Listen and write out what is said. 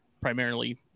primarily